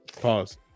Pause